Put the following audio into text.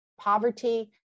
poverty